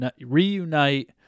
reunite